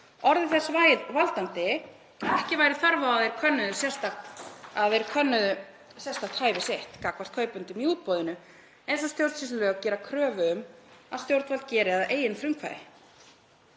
orðið þess valdandi að ekki væri þörf á að þeir könnuðu sérstakt hæfi sitt gagnvart kaupendum í útboðinu eins og stjórnsýslulög gera kröfu um að stjórnvald geri að eigin frumkvæði.